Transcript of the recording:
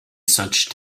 such